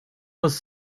was